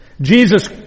Jesus